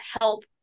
help